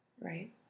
right